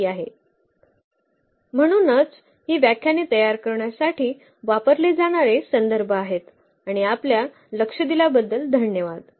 म्हणूनच ही व्याख्याने तयार करण्यासाठी वापरले जाणारे संदर्भ आहेत आणि आपल्या लक्ष दिल्याबद्दल धन्यवाद